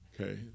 Okay